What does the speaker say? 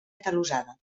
atalussada